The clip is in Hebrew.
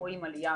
רואים עלייה